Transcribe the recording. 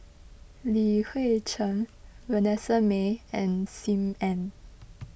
Li Hui Cheng Vanessa Mae and Sim Ann